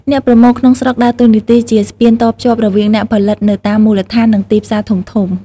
អ្នកប្រមូលក្នុងស្រុកដើរតួនាទីជា ស្ពានតភ្ជាប់ រវាងអ្នកផលិតនៅតាមមូលដ្ឋាន និងទីផ្សារធំៗ។